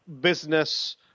business